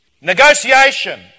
Negotiation